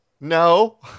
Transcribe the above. No